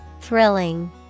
Thrilling